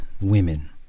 women